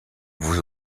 vous